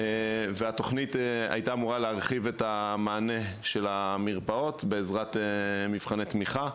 התוכנית הייתה אמורה להרחיב את המענה של המרפאות בעזרת מבחני תמיכה,